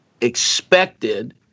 expected